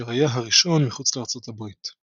אשר היה הראשון מחוץ לארצות הברית.